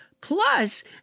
Plus